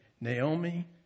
Naomi